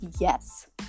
Yes